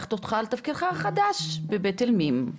מברכת אותך על תפקידך החדש ב'בית אל-מים'.